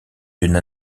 d’une